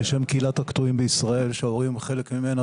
בשם קהילת הקטועים בישראל שההורים חלק ממנה,